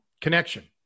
connection